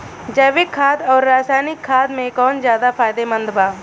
जैविक खाद आउर रसायनिक खाद मे कौन ज्यादा फायदेमंद बा?